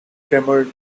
clamored